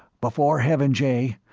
before heaven, jay,